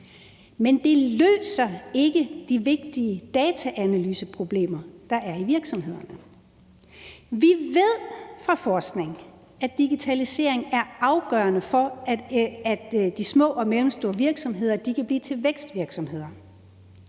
Men det løser ikke de vigtige dataanalyseproblemer, der er i virksomhederne. Vi ved fra forskning, at digitalisering er afgørende for, at de små og mellemstore virksomheder kan blive til vækstvirksomheder,